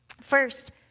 First